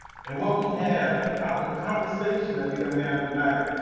and what we have out of the conversation that we're gonna have tonight,